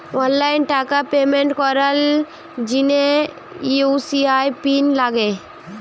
online টাকার payment করার জিনে ইউ.পি.আই পিন লাগে